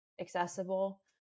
accessible